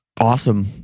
Awesome